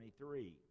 23